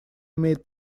имеет